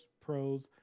pros